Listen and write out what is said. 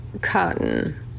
Cotton